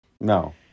No